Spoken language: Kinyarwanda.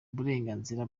uburenganzira